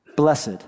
Blessed